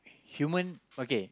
human okay